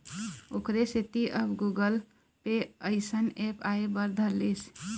ओखरे सेती अब गुगल पे अइसन ऐप आय बर धर लिस